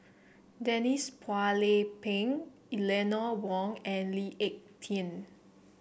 Denise Phua Lay Peng Eleanor Wong and Lee Ek Tieng